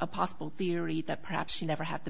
a possible theory that perhaps she never had the